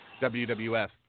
WWF